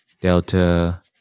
Delta